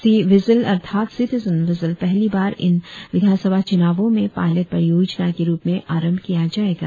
सी vigil अर्थात citizen vigil पहली बार इन विधानसभा चुनावों में पायलेट परियोजना के रुप में आरंभ किया जाएगा